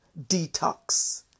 detox